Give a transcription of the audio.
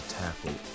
tackle